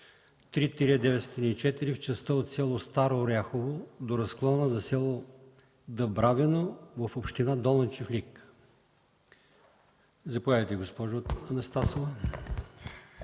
3-904 в частта от село Старо Оряхово до разклона за село Дъбравино в община Долни Чифлик. Заповядайте, госпожо Анастасова.